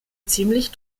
ziemlich